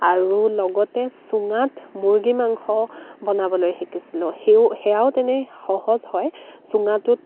আৰু লগতে চুঙাত মুৰ্গী মাংস বনাবলৈ শিকিছিলোঁ সেও সেয়াও তেনেই সহজ হয় চুঙাটোত